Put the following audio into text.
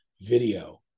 video